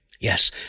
Yes